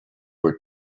were